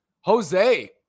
Jose